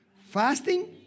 Fasting